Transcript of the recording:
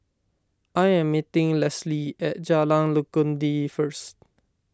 I am meeting Lesley at Jalan Legundi first